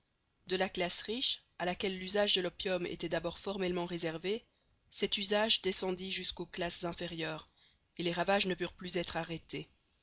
de la classe riche à laquelle l'usage de l'opium était d'abord formellement réservé cet usage descendit jusqu'aux classes inférieures et les ravages ne purent plus être arrêtés